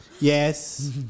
Yes